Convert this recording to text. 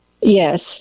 Yes